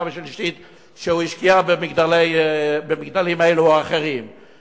והשלישית שהוא השקיע במגדלים אלה או אחרים,